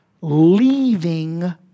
leaving